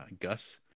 Gus